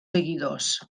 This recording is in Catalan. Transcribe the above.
seguidors